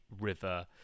River